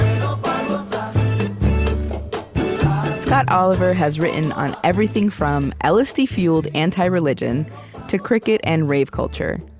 um scott oliver has written on everything from lsd-fuelled anti-religion to cricket and rave culture.